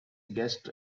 guest